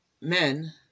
men